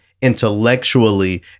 intellectually